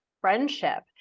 friendship